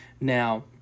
Now